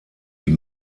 die